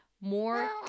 more